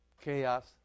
chaos